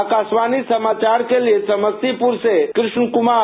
आकाशवाणी समाचार के लिए समस्तीपुर से कृष्ण कुमार